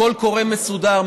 קול קורא מסודר,